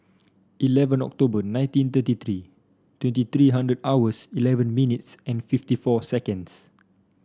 eleven October nineteen thirty three twenty three hundred hours eleven minutes and fifty four seconds